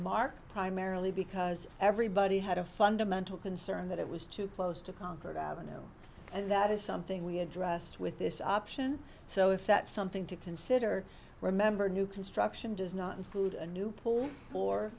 mark primarily because everybody had a fundamental concern that it was too close to concord ave and that is something we addressed with this option so if that something to consider remember new construction does not include a new pool for